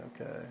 okay